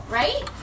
right